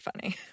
funny